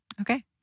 Okay